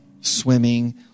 swimming